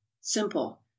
Simple